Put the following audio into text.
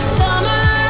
summer